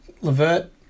Levert